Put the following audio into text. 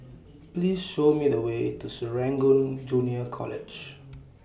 Please Show Me The Way to Serangoon Junior College